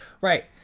right